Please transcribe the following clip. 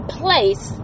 place